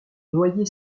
noyer